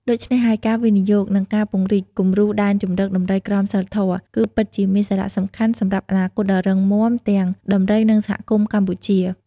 ដូច្នេះហើយ ការវិនិយោគ និងការពង្រីកគំរូដែនជម្រកដំរីក្រមសីលធម៌ គឺពិតជាមានសារៈសំខាន់សម្រាប់អនាគតដ៏រឹងមាំទាំងដំរី និងសហគមន៍កម្ពុជា។